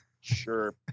sure